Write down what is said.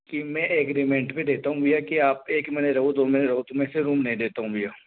कि मैं एग्रीमेंट पे देता हूँ भैया की आप एक महीने रहो दो महीने रहो तो मैं ऐसे रूम नहीं देता हूँ भैया